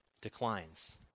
declines